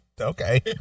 okay